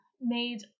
made